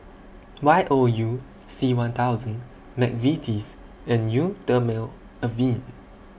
Y O U C one thousand Mcvitie's and Eau Thermale Avene